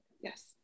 Yes